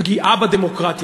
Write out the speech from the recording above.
פגיעה בדמוקרטיה.